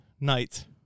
night